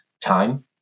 time